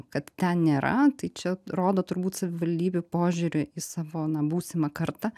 kad ten nėra tai čia rodo turbūt savivaldybių požiūrį į savo na būsimą kartą